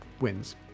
wins